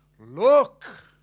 look